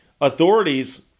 authorities